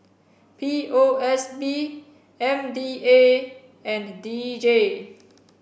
P O S B M D A and D J